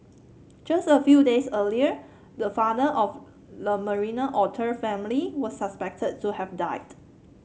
just a few days earlier the father of the Marina otter family was suspected to have died